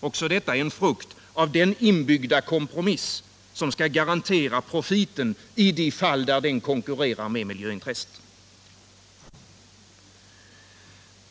Också detta är en frukt av den inbyggda kompromiss som skall garantera profiten i de fall den konkurrerar med miljöintresset.